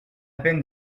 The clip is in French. peine